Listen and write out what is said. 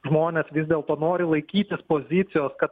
žmonės vis dėlto nori laikytis pozicijos kad